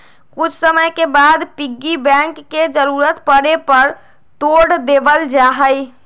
कुछ समय के बाद पिग्गी बैंक के जरूरत पड़े पर तोड देवल जाहई